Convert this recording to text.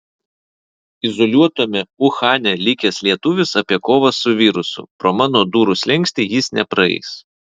izoliuotame uhane likęs lietuvis apie kovą su virusu pro mano durų slenkstį jis nepraeis